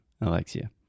alexia